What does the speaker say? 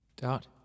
Dot